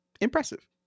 impressive